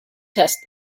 test